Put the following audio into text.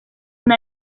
una